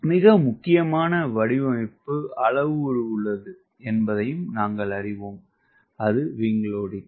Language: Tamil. மிக முக்கியமான வடிவமைப்பு அளவுரு உள்ளது என்பதையும் நாங்கள் அறிவோம் விங் லோடிங்